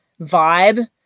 vibe